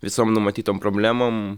visom numatytom problemom